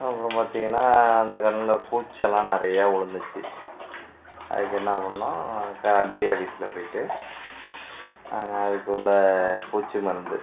அப்புறம் பார்த்திங்கன்னா அந்த கண்ணில் பூச்செல்லாம் நிறைய விழுந்துச்சி அதுக்கு என்னா பண்ணிணோம் க அக்ரி ஆபீஸ்சில் போய்விட்டு அதுக்கு உள்ள பூச்சி மருந்து